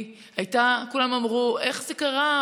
כולם אמרו: איך זה קרה?